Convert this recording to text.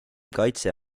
kaitse